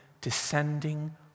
descending